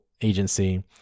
agency